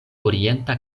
orienta